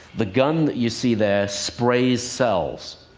the gun that you see there sprays cells.